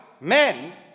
men